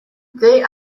they